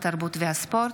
התרבות והספורט.